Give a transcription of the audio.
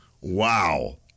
Wow